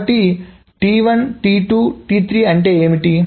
కాబట్టి అంటే ఏమిటి